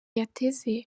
yateze